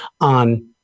on